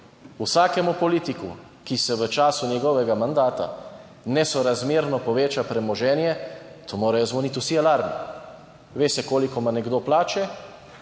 Vsakemu politiku, ki se v času njegovega mandata nesorazmerno poveča premoženje, to morajo zvoniti vsi alarmi. Ve se koliko ima nekdo plače.